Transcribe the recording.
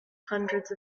hundreds